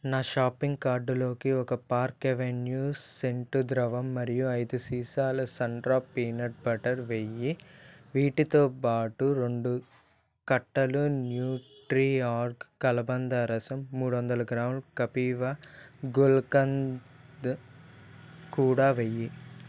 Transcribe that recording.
నా షాపింగ్ కార్డ్లోకి ఒక పార్క్ అవెన్యూ సెంటు ద్రవం మరియు ఐదు సీసాల సన్ఁడాప్ పీనట్ బటర్ వెయ్యి వీటితో బాటు రెండు కట్టలు న్యూట్రీఆర్గ్ కలబంద రసం మూడు వందల గ్రాములు కపీవ గుల్కంద్ కూడా వెయ్యి